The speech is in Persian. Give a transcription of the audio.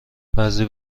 بعضی